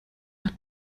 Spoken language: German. hat